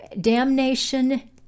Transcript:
Damnation